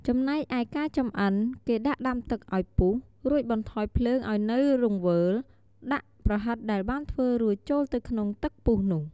ចំណែកឯ ការចំអិន គេដាក់ដាំទឹកឱ្យពុះ រួចបន្ថយភ្លើងឱ្យនៅរង្វើល។ ដាក់ប្រហិតដែលបានធ្វើរួចចូលទៅក្នុងទឹកពុះនោះ។